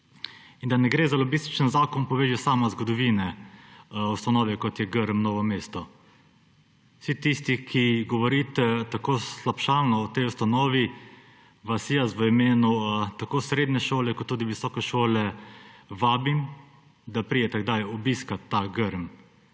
Da ne gre za lobističen zakon, pove že sama zgodovina ustanove, kot je Grm Novo mesto. Vsi tisti, ki govorite tako slabšalno o tej ustanovi, vas jaz v imenu tako srednje šole kot tudi visoke šole vabim, da pridete kdaj obiskat ta Grm.